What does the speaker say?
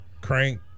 crank